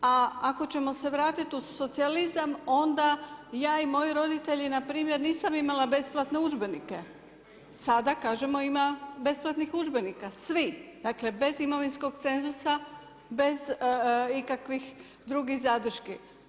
A ako ćemo se vratiti u socijalizam onda ja i moji roditelji npr. nisam imala besplatne udžbenike, sada kažemo ima besplatnih udžbenika svi, dakle bez imovinskog cenzusa, bez ikakvih drugih zadrški.